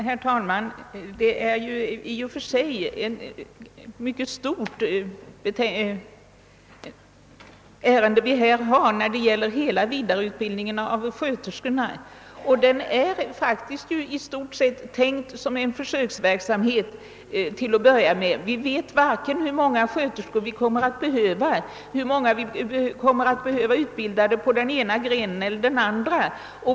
Herr talman! Det är ett mycket stort ärende vi behandlar — hela vidareutbildningen av sjuksköterskor. Den är faktiskt i stort sett tänkt som en försöksverksamhet till att börja med. Vi vet inte hur många sköterskor vi kommer att behöva av olika slag.